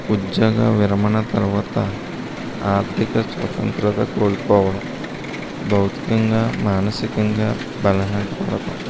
ఉద్యోగ విరమణ తర్వాత ఆర్థిక స్వతంత్రత కోల్పోవడం భౌతికంగా మానసికంగా బలహీనపడటం